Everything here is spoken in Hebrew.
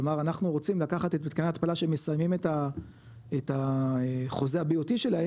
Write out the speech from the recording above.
כלומר אנחנו רוצים לקחת את מתקני ההתפלה שמסיימים את החוזה ה-BOT שלהם,